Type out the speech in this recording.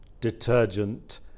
detergent